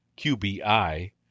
QBI